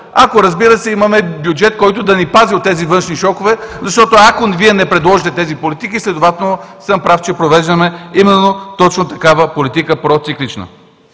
ако, разбира се, имаме бюджет, който да ни пази от тези външни шокове? Защото, ако Вие не предложите тези политики, следователно съм прав, че провеждаме именно точно такава политика – проциклична.